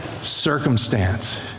circumstance